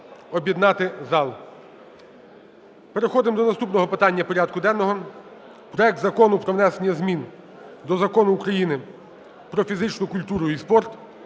об'єднати зал. Переходимо до наступного питання порядку денного. Проект Закону про внесення змін до Закону України "Про фізичну культуру і спорт"